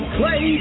play